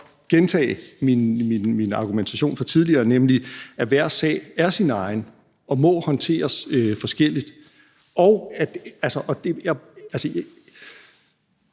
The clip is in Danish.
gentage min argumentation fra tidligere, nemlig at hver sag er sin egen, og at den må håndteres forskelligt,